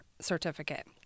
certificate